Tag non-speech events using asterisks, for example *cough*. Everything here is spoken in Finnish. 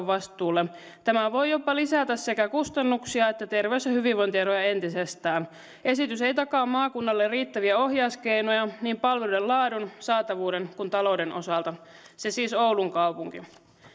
*unintelligible* vastuulle tämä voi jopa lisätä sekä kustannuksia että terveys ja hyvinvointieroja entisestään esitys ei takaa maakunnalle riittäviä ohjauskeinoja niin palveluiden laadun saatavuuden kuin talouden osalta se oli siis oulun kaupunki